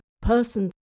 person